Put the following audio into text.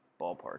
ballpark